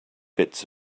bits